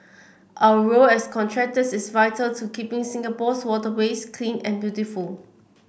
our role as contractors is vital to keeping in Singapore's waterways clean and beautiful